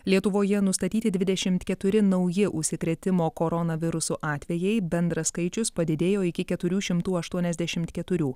lietuvoje nustatyti dvidešimt keturi nauji užsikrėtimo koronavirusu atvejai bendras skaičius padidėjo iki keturių šimtų aštuoniasdešimt keturių